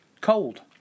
Cold